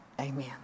Amen